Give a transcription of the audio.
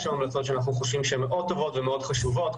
יש המלצות שאנחנו חושבים שהן טובות וחשובות מאוד,